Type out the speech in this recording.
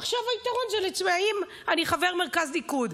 עכשיו היתרון זה "אני חבר מרכז ליכוד".